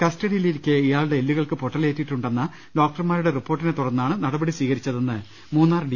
കസ്റ്റഡിയിലിരിക്കെ ഇയാളുടെ എല്ലുകൾക്ക് പൊട്ടലേറ്റി ട്ടുണ്ടെന്ന ഡോക്ടർമാരുടെ റിപ്പോർട്ടിനെ തുടർന്നാണ് നടപടി സ്വീകരിച്ചതെന്ന് മൂന്നാർ ഡി